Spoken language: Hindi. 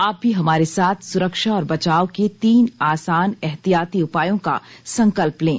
आप भी हमारे साथ सुरक्षा और बचाव के तीन आसान एहतियाती उपायों का संकल्प लें